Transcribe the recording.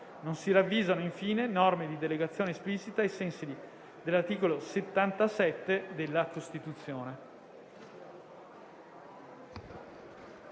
Non si ravvisano, infine, norme di delegazione esplicita ai sensi dell'articolo 77 della Costituzione.